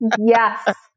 Yes